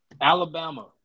Alabama